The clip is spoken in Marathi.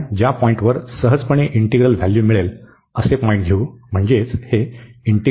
तर आपण ज्या पॉईंटवर सहजपणे इंटीग्रल व्हॅल्यू मिळेल असे पॉईंट घेऊ म्हणजे हे आहे